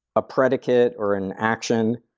a predicate, or an action,